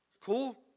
Cool